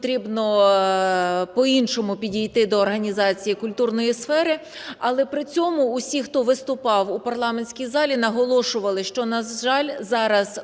потрібно по-іншому підійти до організації культурної сфери. Але при цьому всі, хто виступав у парламентській залі, наголошували, що, на жаль, зараз